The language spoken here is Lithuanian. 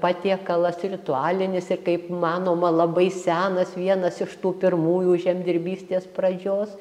patiekalas ritualinis ir kaip manoma labai senas vienas iš tų pirmųjų žemdirbystės pradžios